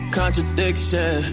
contradiction